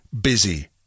busy